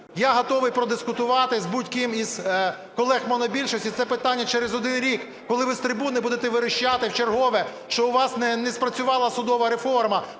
Я готовий подискутувати з будь-ким із колег монобільшості це питання через один рік, коли ви з трибуни будете верещати вчергове, що у вас не спрацювала судова реформа,